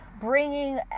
bringing